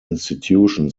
institution